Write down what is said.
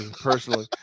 personally